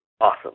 Awesome